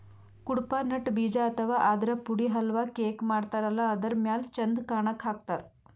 Cuddapah nut ಬೀಜ ಅಥವಾ ಆದ್ರ ಪುಡಿ ಹಲ್ವಾ, ಕೇಕ್ ಮಾಡತಾರಲ್ಲ ಅದರ್ ಮ್ಯಾಲ್ ಚಂದ್ ಕಾಣಕ್ಕ್ ಹಾಕ್ತಾರ್